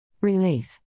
Relief